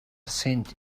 cent